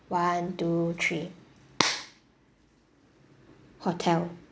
one two three hotel